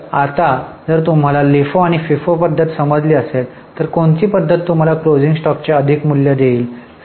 तर आता जर तुम्हाला लिफो आणि फिफो पद्धत समजली असेल तर कोणती पद्धत तुम्हाला क्लोजिंग स्टॉकचे अधिक मूल्य देईल